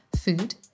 food